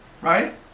right